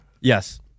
Yes